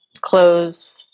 close